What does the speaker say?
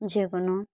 যে কোনো